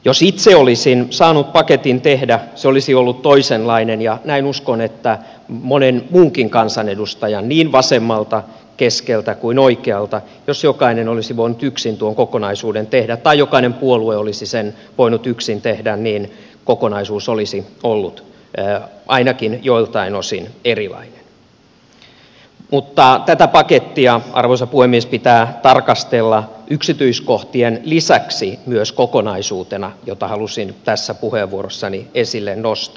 jos itse olisin saanut paketin tehdä se olisi ollut toisenlainen ja näin uskon että monella muullakin kansanedustajalla niin vasemmalta keskeltä kuin oikealta jos jokainen olisi voinut yksin tuon kokonaisuuden tehdä tai jos jokainen puolue olisi sen voinut yksin tehdä kokonaisuus olisi ollut ainakin joiltain osin erilainen mutta tätä pakettia arvoisa puhemies pitää tarkastella yksityiskohtien lisäksi myös kokonaisuutena mitä halusin tässä puheenvuorossani esille nostaa